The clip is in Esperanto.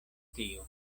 tiu